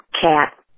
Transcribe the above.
cat